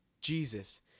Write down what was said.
Jesus